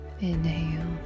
inhale